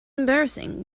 embarrassing